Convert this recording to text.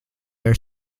are